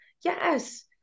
yes